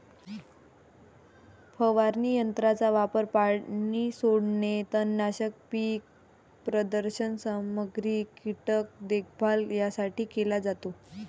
फवारणी यंत्राचा वापर पाणी सोडणे, तणनाशक, पीक प्रदर्शन सामग्री, कीटक देखभाल यासाठी केला जातो